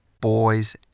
boys